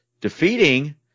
defeating